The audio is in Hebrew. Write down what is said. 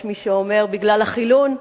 יש מי שאומר בגלל החילון,